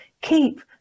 keep